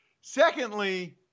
Secondly